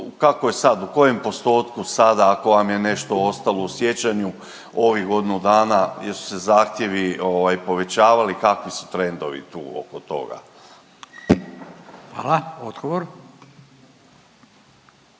u kojem postotku sada ako vam je nešto ostalo u sjećanju u ovih godinu dana jesu se zahtjevi povećavali kakvi su trendovi tu oko toga? **Radin,